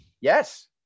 yes